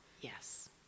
Yes